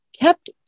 kept